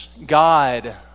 God